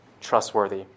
trustworthy